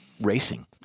racing